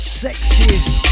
sexiest